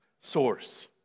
source